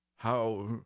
How